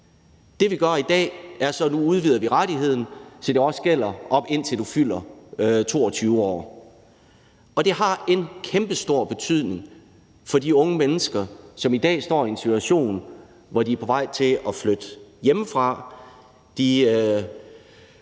Det, vi gør i dag, er, at vi udvider rettigheden, så den også gælder, indtil man fylder 22 år. Og det har en kæmpestor betydning for de unge mennesker, som i dag står i en situation, hvor de er på vej til at flytte hjemmefra.